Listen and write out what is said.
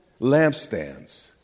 lampstands